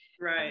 right